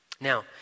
Now